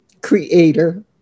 creator